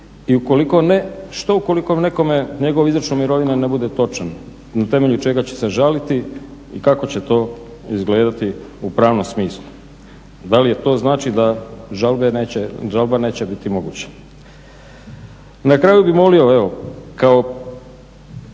ne što ukoliko nekome njegov izračun mirovine ne bude točan na temelju čega će se žaliti i kako će to izgledati u pravnom smislu. Da li to znači da žalba neće biti moguća. Na kraju bih molio evo kao